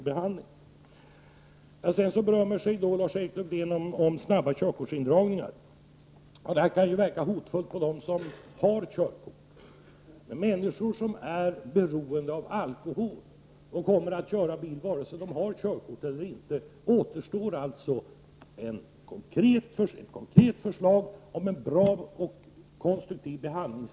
Sedan säger Lars-Erik Lövdén att det är så bra med snabba körkortsindragningar. Det kan verka hotfullt för dem som har körkort. När det gäller de människor som är beroende av alkohol och som kör bil oavsett om de har körkort eller inte återstår det alltså att lägga fram ett konkret förslag om en bra och konstruktiv behandling.